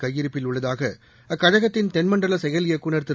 கையிருப்பில் உள்ளதாக அக்கழகத்தின் தென்மண்டல செயல் இயக்குநர் திரு